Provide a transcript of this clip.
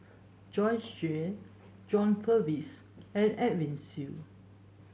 Joyce Jue John Purvis and Edwin Siew